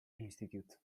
institute